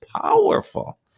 powerful